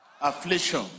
affliction